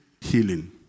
healing